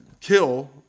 kill